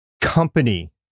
company